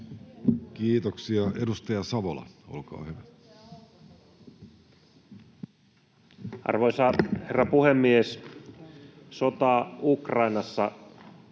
Kiitoksia. — Edustaja Savola, olkaa hyvä. Arvoisa herra puhemies! Sota Ukrainassa on